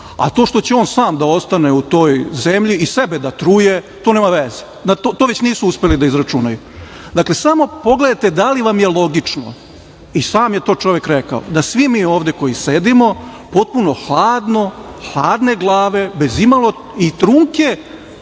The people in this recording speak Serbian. a to što će on sam da ostane u toj zemlji i sebe da truje to nema veze. To već nisu uspeli da izračunaju. Dakle, samo pogledajte da li vam je logično, i sam je to čovek rekao da svi mi ovde koji sedimo, potpuno hladno, hladne glave, bez imalo i trunke